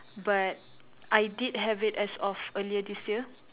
but I did have it as of earlier this year